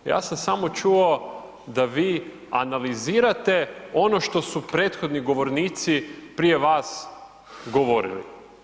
Ja sam samo čuo da vi analizirate ono što su prethodni govornici prije vas govorili.